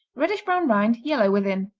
reddish brown rind, yellow within.